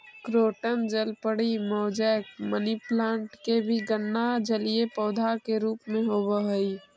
croton जलपरी, mosaic, money plant के भी गणना जलीय पौधा के रूप में होवऽ हइ